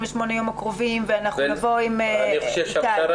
הימים הקרובים ואנחנו נבוא עם הצעה.